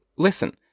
Listen